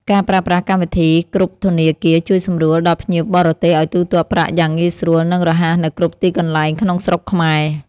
ការប្រើប្រាស់កម្មវិធីគ្រប់ធនាគារជួយសម្រួលដល់ភ្ញៀវបរទេសឱ្យទូទាត់ប្រាក់យ៉ាងងាយស្រួល និង រហ័សនៅគ្រប់ទីកន្លែងក្នុងស្រុកខ្មែរ។